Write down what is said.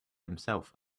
himself